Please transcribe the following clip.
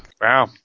wow